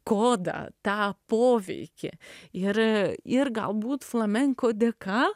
kodą tą poveikį ir ir galbūt flamenko dėka